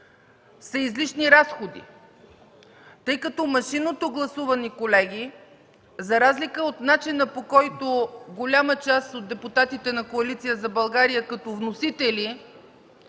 са излишни разходи. Машинното гласуване, колеги, за разлика от начина, по който голяма част от депутатите на Коалиция за България като вносители